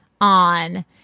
on